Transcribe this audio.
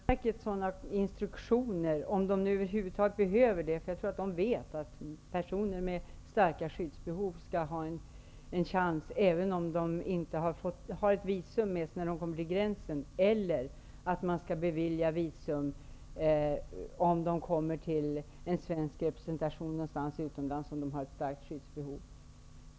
Herr talman! Det har varit möjligt även tidigare att ge Invandrarverket sådana instruktioner, om det över huvud taget behövs. Jag tror att man vet, att personer med starka skyddsbehov skall ha en chans, även om de inte har ett visum med sig när de kommer till gränsen. Man skall bevilja visum om människor kommer till en svensk representation någonstans utomlands och har ett starkt skyddsbehov.